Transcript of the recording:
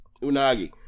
Unagi